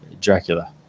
Dracula